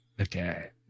Okay